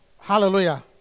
Hallelujah